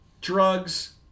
drugs